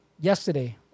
yesterday